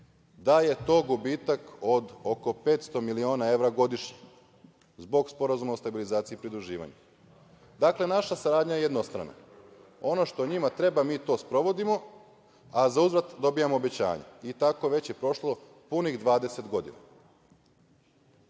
da je to gubitak od oko 500 miliona evra godišnje zbog Sporazuma o stabilizaciji i pridruživanju. Dakle, naša saradnja je jednostrana. Ono što njima treba mi to sprovodimo, a za uzvrat dobijamo obećanja i tako je već prošlo punih 20 godina.